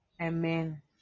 Amen